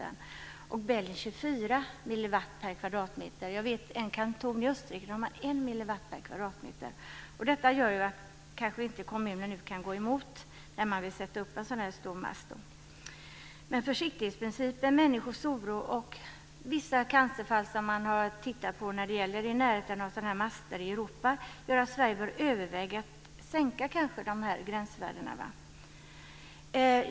Belgien har gränsvärdet 24 milliwatt per kvadratmeter. I en del av Österrike har man 1 milliwatt per kvadratmeter. Det höga gränsvärdet gör att kommunen inte kan gå emot den som vill sätta upp en sådan här mast. Men försiktighetsprincipen, människors oro och vissa cancerfall som man har sett i närheten av master i Europa gör att Sverige bör överväga att sänka gränsvärdena.